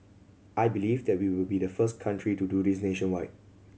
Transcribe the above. I believe that we will be the first country to do this nationwide